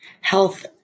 health